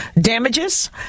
damages